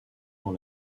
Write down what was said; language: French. dans